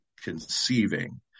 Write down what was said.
conceiving